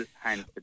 hands